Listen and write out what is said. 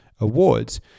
awards